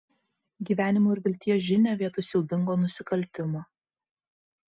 gyvenimo ir vilties žinią vietoj siaubingo nusikaltimo